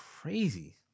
crazy